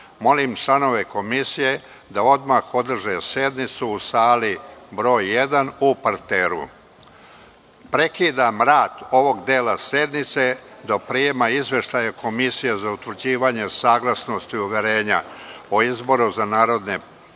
molim članove Komisije da odmah održe sednicu u sali I u parteru. Prekidamo rad ovog dela sednice do prijema izveštaja Komisije za utvrđivanje saglasnosti uverenja o izboru za narodnog poslanika